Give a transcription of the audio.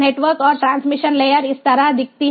network और transmission layer इस तरह दिखती है